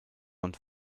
und